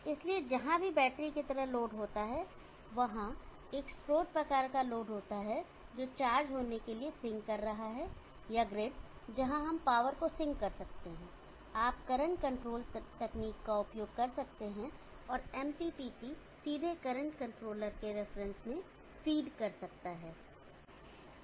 इसलिए जहां भी बैटरी की तरह लोड होता है वहां एक स्रोत प्रकार का लोड होता है जो चार्ज होने के लिए सिंक कर रहा है या ग्रिड जहां हम पावर को सिंक कर सकते हैं आप करंट कंट्रोल्ड तकनीक का उपयोग कर सकते हैं और एमपीपीटी सीधे करंट कंट्रोलर के रेफरेंस में फ़ीड कर सकता हैं